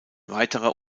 weiterer